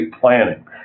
planning